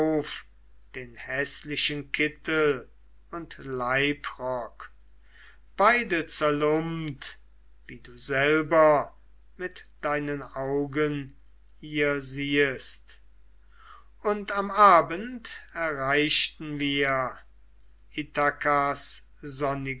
den häßlichen kittel und leibrock beide zerlumpt wie du selber mit deinen augen hier siehest und am abend erreichten wir